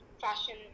fashion